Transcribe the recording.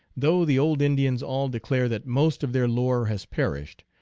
though the old indians all declare that most of their lore has perished,